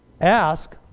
Ask